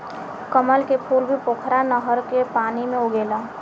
कमल के फूल भी पोखरा नहर के पानी में उगेला